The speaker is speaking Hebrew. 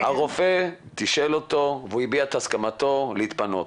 הרופא תישאל אותו והוא הביע את הסכמתו להתפנות.